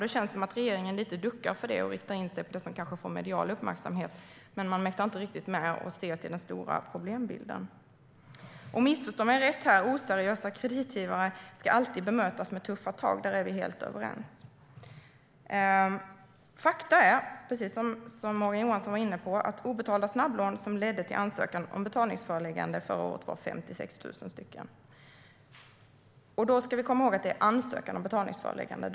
Det känns som om regeringen lite grann duckar för det och riktar in sig på det som kanske får medial uppmärksamhet. Man mäktar inte riktigt med att se till den stora problembilden. Förstå mig rätt: Oseriösa kreditgivare ska alltid bemötas med tuffa tag - där är vi helt överens. Fakta är, precis som Morgan Johansson var inne på, att obetalda snabblån som förra året ledde till ansökan om betalningsföreläggande var 56 000. Då ska vi komma ihåg att det handlar om ansökan om betalningsföreläggande.